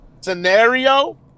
scenario